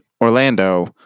Orlando